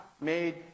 made